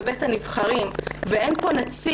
כשיש דיון כל כך חשוב בבית הנבחרים ואין פה נציג